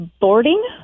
Boarding